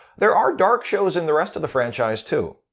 there are dark shows in the rest of the franchise, too.